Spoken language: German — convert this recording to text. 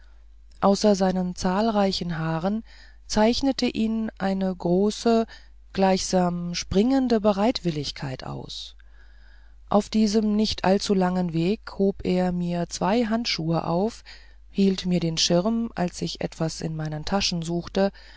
außer seinen zahlreichen haaren zeichnete ihn eine große gleichsam springende bereitwilligkeit aus auf diesem nicht allzulangen weg hob er mir zwei handschuhe auf hielt mir den schirm als ich etwas in meinen taschen suchte